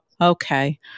okay